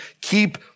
keep